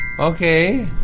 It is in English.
Okay